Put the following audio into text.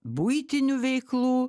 buitinių veiklų